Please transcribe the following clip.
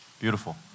Beautiful